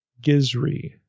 Gizri